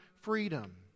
freedom